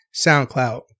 SoundCloud